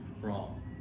wrong